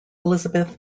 elizabeth